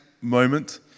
moment